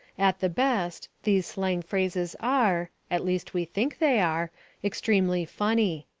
at the best, these slang phrases are at least we think they are extremely funny.